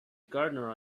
gardener